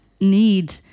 need